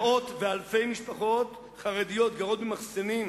מאות ואלפי משפחות חרדיות גרות במחסנים,